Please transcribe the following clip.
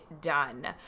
Done